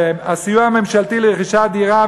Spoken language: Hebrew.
והסיוע הממשלתי לרכישת דירה,